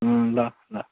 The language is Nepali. अँ ल ल